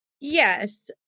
Yes